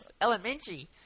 elementary